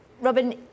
robin